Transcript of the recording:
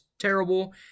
terrible